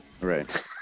right